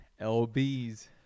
LBs